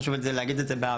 חשוב להגיד את זה בערבית.